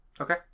Okay